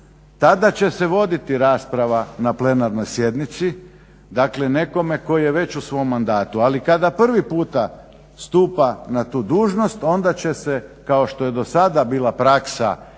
tada će se voditi rasprava na plenarnoj sjednici, dakle nekome tko je već u svom mandatu. Ali kada prvi puta stupa na tu dužnost onda će se kao što je sada bila praksa